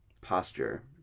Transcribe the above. posture